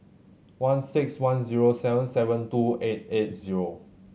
one six one zero seven seven two eight eight zero